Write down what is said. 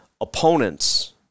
opponents